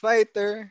Fighter